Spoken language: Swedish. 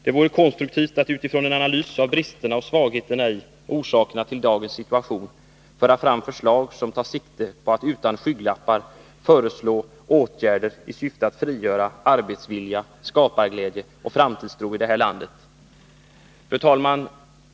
Det vore konstruktivt att utifrån en analys av bristerna och svagheterna i och orsakerna till dagens situation föra fram förslag som tar sikte på att utan skygglappar föreslå åtgärder i syfte att frigöra arbetsvilja, skaparglädje och framtidstro i vårt land.